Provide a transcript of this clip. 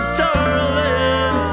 darling